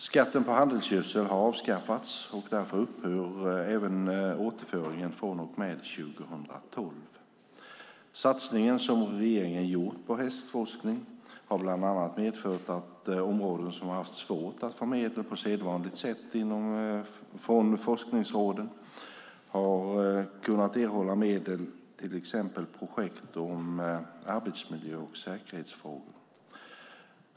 Skatten på handelsgödsel har avskaffats, och därför upphör även återföringen från och med 2012. Satsningen som regeringen gjort på hästforskning har bland annat medfört att områden som har haft svårt att få medel på sedvanligt sätt från forskningsråden har kunnat erhålla medel, till exempel projekt om arbetsmiljö och säkerhetsfrågor.